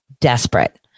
desperate